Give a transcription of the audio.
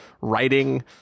writing